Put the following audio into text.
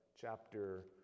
chapter